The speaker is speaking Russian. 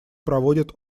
проводят